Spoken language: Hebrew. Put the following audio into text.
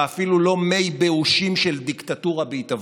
ואפילו לא מי באושים של דיקטטורה בהתהוות.